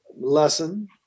lesson